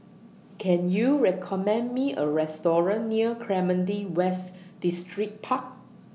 Can YOU recommend Me A Restaurant near Clementi West Distripark